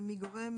מגורם